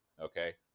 okay